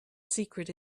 secret